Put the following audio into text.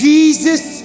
Jesus